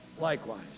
likewise